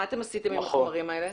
מה אתם עשיתם עם החומרים האלה?